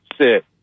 sit